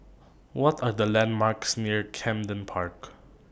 What Are The landmarks near Camden Park